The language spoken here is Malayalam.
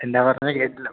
എന്താ പറഞ്ഞേ കേട്ടില്ല